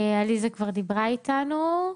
עליסה כבר דיברה אתנו.